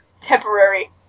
Temporary